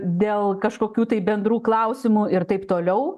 dėl kažkokių tai bendrų klausimų ir taip toliau